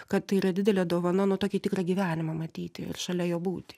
kad tai yra didelė dovana nu tokį tikrą gyvenimą matyti ir šalia jo būti